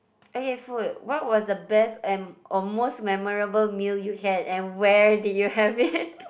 okay food what was the best and or most memorable meal you had and where did you have it